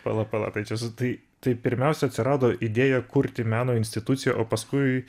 pala pala tai čia su tai tai pirmiausia atsirado idėja kurti meno instituciją o paskui